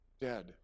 dead